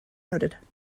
noted